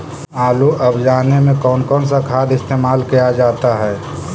आलू अब जाने में कौन कौन सा खाद इस्तेमाल क्या जाता है?